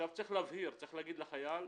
צריך להגיד לחייל,